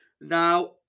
Now